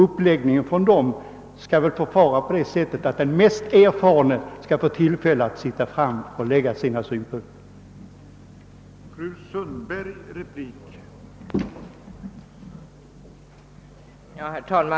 Uppläggningen för naturvårdsverket bör därför vara sådan, att den mest erfarne tjänstemannen får tillfälle att framföra sina synpunkter på ett visst ärende som han behärskar någorlunda.